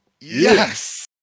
Yes